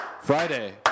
Friday